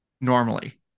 normally